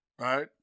Right